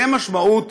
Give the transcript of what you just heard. זו משמעות